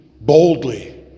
boldly